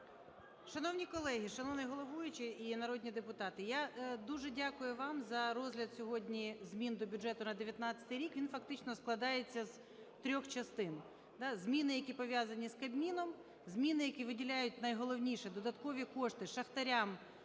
Шановні колеги, шановний головуючий і народні депутати, я дуже дякую вам за розгляд сьогодні змін до бюджету на 2019 рік. Він фактично складається з трьох частин: зміни, які пов'язані з Кабміном; зміни, які виділяють, найголовніше, додаткові кошти шахтарям,